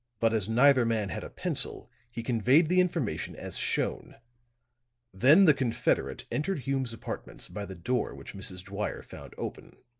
but as neither man had a pencil, he conveyed the information as shown then the confederate entered hume's apartments by the door which mrs. dwyer found open.